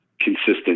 consistent